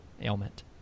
ailment